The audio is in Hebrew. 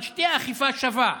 אבל שתהיה אכיפה שווה.